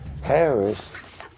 Harris